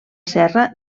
serra